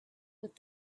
with